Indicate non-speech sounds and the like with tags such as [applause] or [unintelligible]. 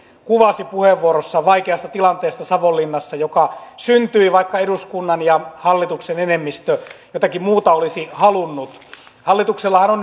kuvasi puheenvuorossaan vaikeasta tilanteesta savonlinnassa joka syntyi vaikka eduskunnan ja hallituksen enemmistö jotakin muuta olisi halunnut hallituksellahan on [unintelligible]